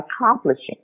accomplishing